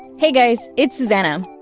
hey guys, it's susanna.